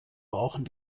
brauchen